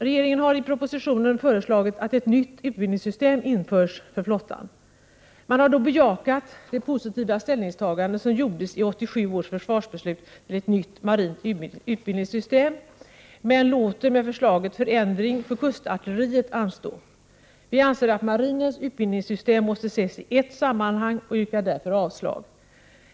Regeringen har i propositionen föreslagit att ett nytt utbildningssystem införs för flottan. Man har då bejakat det positiva ställningstagande som gjordes i 1987 års försvarsbeslut till ett nytt marint utbildningssystem, men låter i förslaget en förändring för kustartilleriet anstå. Vi anser att marinens utbildningssystem måste ses i ett sammanhang och yrkar därför avslag.